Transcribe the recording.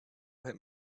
him